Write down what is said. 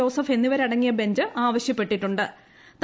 Joseph എന്നിവരടങ്ങിയ bench ആവശ്യപ്പെട്ടിട്ടു ്